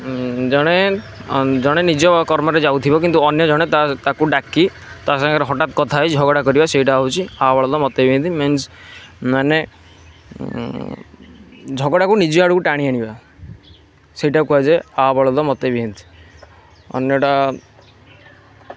ଜଣେ ଜଣେ ନିଜ କର୍ମରେ ଯାଉଥିବ ଅନ୍ୟ ଜଣେ ତା ତାକୁ ଡାକି ତା ସାଙ୍ଗରେ ହଠାତ୍ କଥା ହେଇ ଝଗଡ଼ା କରିବା ସେଇଟା ହେଉଛି ଆ ବଳଦ ମତେ ବିନ୍ଧ୍ ମିନ୍ସ ମାନେ ଝଗଡ଼ାକୁ ନିଜ ଆଡ଼କୁ ଟାଣି ଆଣିବା ସେଇଟାକୁ କୁହାଯାଏ ଆ ବଳଦ ମତେ ବିନ୍ଧ୍ ଅନ୍ୟ ଟା